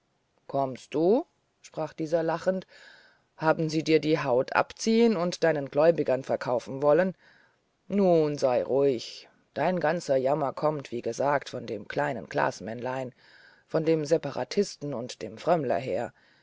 kommst du sprach dieser lachend haben sie dir die haut abziehen und deinen gläubigern verkaufen wollen nu sei ruhig dein ganzer jammer kommt wie gesagt von dem kleinen glasmännlein von dem separatisten und frömmler her